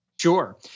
Sure